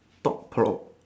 thought provoke